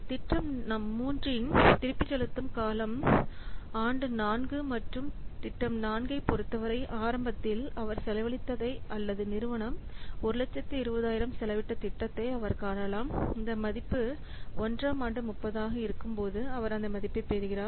திட்டம் 3 மூன்றின் திருப்பிச் செலுத்தும் காலம் ஆண்டு 4 மற்றும் திட்டம் 4 ஐப் பொறுத்தவரை ஆரம்பத்தில் அவர் செலவழித்ததை அல்லது நிறுவனம் 120000 செலவிட்ட திட்டத்தை அவர் காணலாம் அந்த மதிப்பு 1 ஆம் ஆண்டு 30 ஆக இருக்கும் போது அவர் அந்த மதிப்பைப் பெறுகிறார்